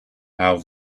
how